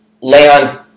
Leon